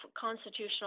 constitutional